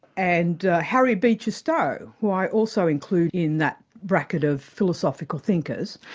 and harriet beecher-stowe, who i also include in that bracket of philosophical thinkers.